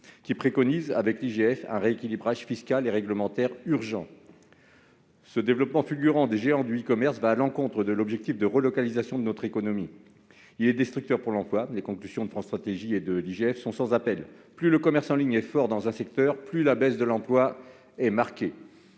des finances (IGF), un rééquilibrage fiscal et réglementaire rapide. Le développement fulgurant des géants du e-commerce va à l'encontre de l'objectif de relocalisation de notre économie. Il est tout d'abord destructeur pour l'emploi. Les conclusions de France Stratégie et de l'IGF sont sans appel : plus le commerce en ligne est fort dans un secteur, plus la baisse de l'emploi est marquée.